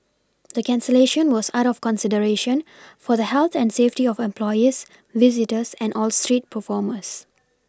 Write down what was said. the cancellation was out of consideration for the health and safety of employees visitors and all street performers